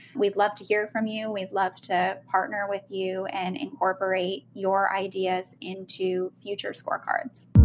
we'd love to hear from you. we'd love to partner with you and incorporate your ideas into future scorecards.